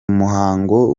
muhango